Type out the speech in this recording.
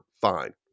fine